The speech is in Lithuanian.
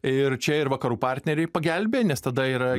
ir čia ir vakarų partneriai pagelbėja nes tada yra